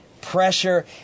pressure